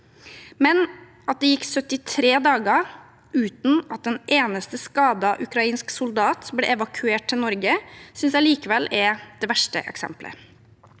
At det gikk 73 dager uten at en eneste skadet ukrainsk soldat ble evakuert til Norge, synes jeg likevel er det verste eksemplet.